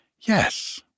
Yes